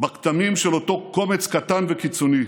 בכתמים של אותו קומץ קטן וקיצוני.